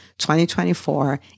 2024